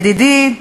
ידידי,